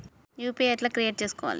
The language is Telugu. యూ.పీ.ఐ ఎట్లా క్రియేట్ చేసుకోవాలి?